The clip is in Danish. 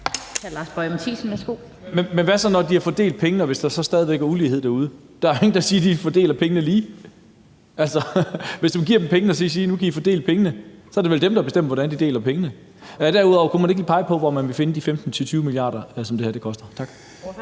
så, hvis der, når de har fordelt pengene, stadig væk er ulighed derude? Der er jo ingen, der siger, at de fordeler pengene lige. Altså, hvis du giver dem pengene og siger, at nu kan de fordele pengene, så er det vel dem, der bestemmer, hvordan de deler pengene. Derudover vil jeg spørge: Kunne man ikke lige pege på, hvor man vil finde de 15-20 mia. kr., som det her koster? Tak.